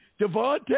Devontae